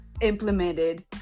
implemented